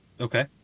Okay